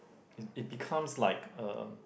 it it becomes like uh